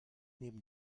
neben